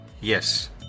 Yes